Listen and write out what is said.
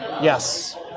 Yes